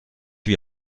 wie